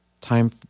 time